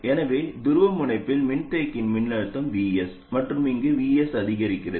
எனவே அந்த துருவமுனைப்பில் மின்தேக்கியின் மின்னழுத்தம் Vs மற்றும் இங்கு Vs அதிகரிக்கிறது